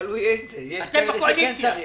תלוי איזה, יש כאלה שכן צריך.